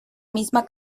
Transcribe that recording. misma